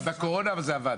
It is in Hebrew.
בתקופת הקורונה זה עבד.